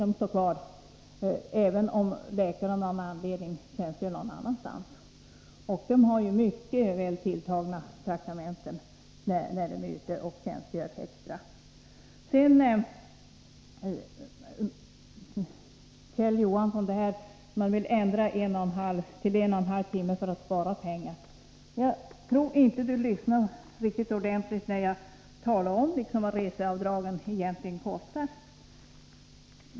De riskerar ibland att förlora sin arbetskraft som rimligtvis inte har kunnat flytta till verksamhetsorten. Kjell Johansson vill ändra tidsgränsen till en och en halv timme som det var förut. Jag tror inte att Kjell Johansson lyssnade riktigt ordentligt när jag talade om vad reseavdragen egentligen kostar.